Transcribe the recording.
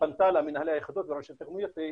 פנתה למנהלי היחידות ולראשי הרשויות היא